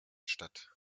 statt